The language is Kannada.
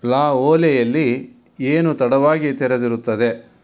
ಲಾ ಓಲೆಯಲ್ಲಿ ಏನು ತಡವಾಗಿ ತೆರೆದಿರುತ್ತದೆ